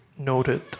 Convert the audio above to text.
Noted